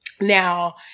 Now